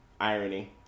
irony